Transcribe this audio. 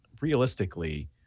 realistically